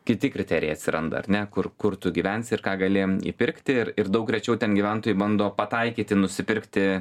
kiti kriterijai atsiranda ar ne kur kur tu gyvensi ir ką gali įpirkti ir daug rečiau ten gyventojai bando pataikyti nusipirkti